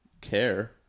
care